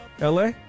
LA